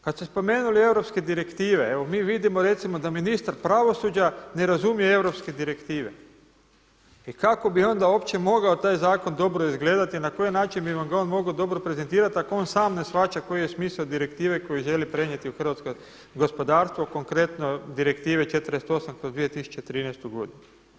Kada ste spomenuli europske direktive, evo mi vidimo recimo da ministar pravosuđa ne razumije europske direktive i kako bi onda uopće mogao taj zakon dobro izgledati i na koji način bi vam ga on mogao dobro prezentirati ako on sam ne shvaća koji je smisao direktive koje želi prenijeti u hrvatsko gospodarstvo konkretno Direktive 48/2013. godinu.